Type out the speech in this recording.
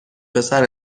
پسر